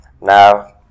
Now